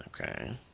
Okay